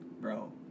Bro